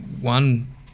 one